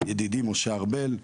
ידידי משה ארבל,